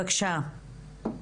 בבקשה.